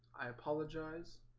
i apologize